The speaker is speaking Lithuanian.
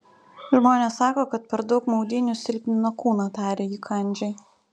žmonės sako kad per daug maudynių silpnina kūną tarė ji kandžiai